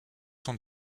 sont